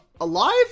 alive